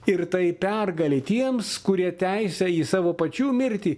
ir tai pergalė tiems kurie teisę į savo pačių mirtį